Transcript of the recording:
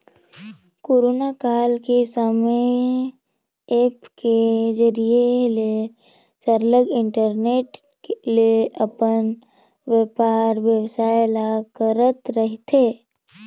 corona काल के समे ऐप के जरिए ले सरलग इंटरनेट ले अपन बयपार बेवसाय ल करत रहथें